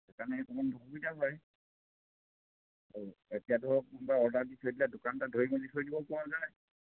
সেইকাৰণে অকমান অসুবিধা হয় এতিয়া ধৰক কোনোবাই অৰ্ডাৰ দি থৈ দিলে দোকানতে ধৰি মেলি থৈ দিব পৰা যায়